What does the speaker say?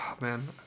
man